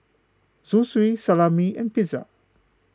Zosui Salami and Pizza